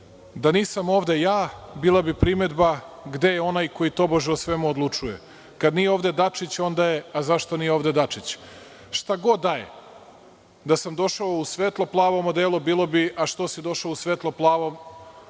da nisam ja ovde, bila bi primedba gde je onaj koji tobože o svemu odlučuje? Kada ovde nije Dačić, onda je – zašto nije ovde Dačić? Šta god da je, da sam došao u svetlo plavom odelu bilo bi – što si došao u svetlo plavom odelu